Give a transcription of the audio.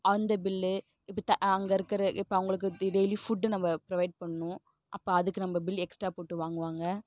அந்த பில்லு இப்போ த அங்கே இருக்கிற இப்போ அவங்களுக்கு தி டெய்லி ஃபுட்டு நம்ம ப்ரொவைட் பண்ணும் அப்போ அதுக்கு நம்ம பில் எக்ஸ்ட்ராக போட்டு வாங்குவாங்க